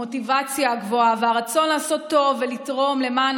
המוטיבציה הגבוהה והרצון לעשות טוב ולתרום למען